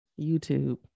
YouTube